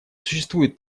существует